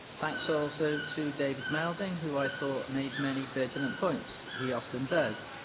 thanks also to david melding, who i thought made many pertinent points he often does.